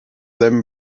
them